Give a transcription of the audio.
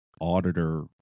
auditor